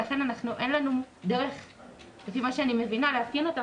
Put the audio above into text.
לכן, להבנתי, אין לנו דרך לאפיין אותם.